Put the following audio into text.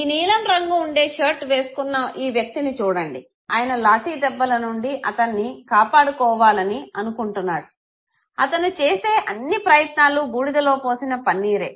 ఈ నీలం రంగు ఉండే షర్ట్ వేసుకున్న ఈ వ్యక్తిని చూడండి ఆయన లాఠీ దెబ్బలనుండి అతన్ని కాపాడుకోవాలని అనుకుంటున్నాడు అతను చేసే అన్ని ప్రయత్నాలు బూడిదలో పోసిన పన్నీరే